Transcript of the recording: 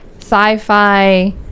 sci-fi